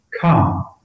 Come